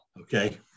Okay